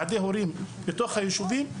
ועדי הורים בתוך הישובים.